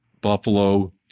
Buffalo